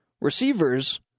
Receivers